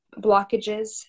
blockages